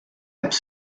apps